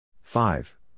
five